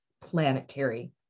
planetary